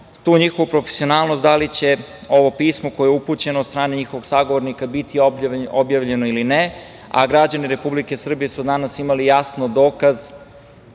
tu njihovu profesionalnost da li će ovo pismo koje je upućeno od strane njihovog sagovornika biti objavljeno ili ne, a građani Republike Srbije su danas imali jasno dokaz